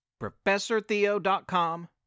professortheo.com